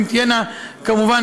כמובן,